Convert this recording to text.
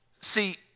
See